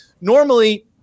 normally